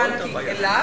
לא התכוונת אלי?